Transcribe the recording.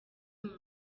muri